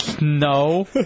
No